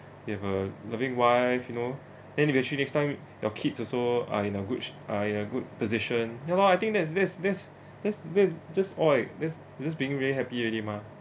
you have a loving wife you know then eventually next time your kids also are in a good sh~ are in a good position ya lor I think that's that's that's that's that's just all it that's that's being very happy already mah